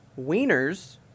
wieners